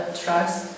trust